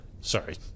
sorry